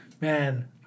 Man